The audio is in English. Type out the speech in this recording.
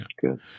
Good